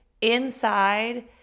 inside